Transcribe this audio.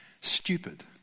stupid